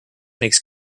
makes